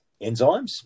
enzymes